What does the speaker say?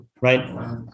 Right